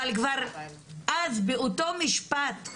אבל אז באותו משפט,